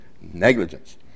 negligence